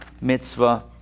mitzvah